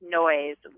noise